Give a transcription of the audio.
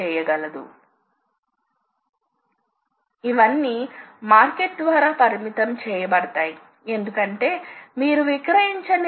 coordinate లను అందించే విధానం ఇంక్రిమెంటల్ అయితే ఇది X పొజిషన్